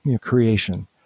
creation